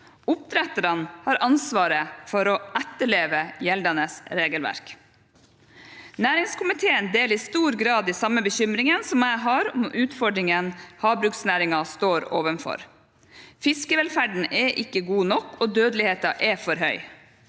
Oppdretterne har ansvaret for å etterleve gjeldende regelverk. Næringskomiteen deler i stor grad de samme bekymringene jeg har om utfordringene havbruksnæringen står overfor. Fiskevelferden er ikke god nok, og dødeligheten er for høy.